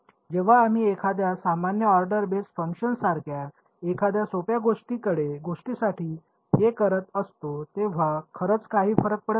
जेव्हा आम्ही एखाद्या सामान्य ऑर्डर बेस फंक्शनसारख्या एखाद्या सोप्या गोष्टींसाठी हे करत असतो तेव्हा खरंच काही फरक पडत नाही